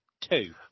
two